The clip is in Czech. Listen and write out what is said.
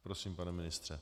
Prosím, pane ministře.